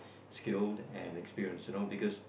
skill and experience you know because